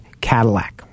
Cadillac